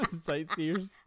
Sightseers